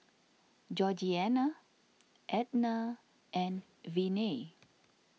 Georgeanna Ednah and Viney